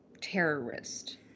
terrorist